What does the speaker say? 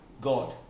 God